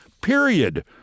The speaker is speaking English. Period